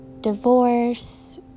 divorce